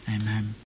Amen